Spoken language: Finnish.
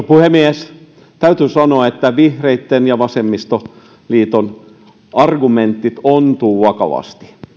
puhemies täytyy sanoa että vihreitten ja vasemmistoliiton argumentit ontuvat vakavasti